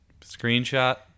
Screenshot